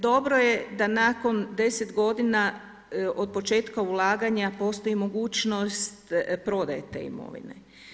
Dobro je da nakon 10 godina od početka ulaganja postoji mogućnost prodaje te imovine.